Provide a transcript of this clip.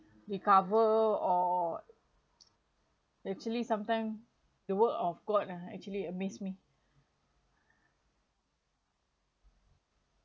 recover or actually sometime the word of god ah actually amazed me